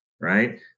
right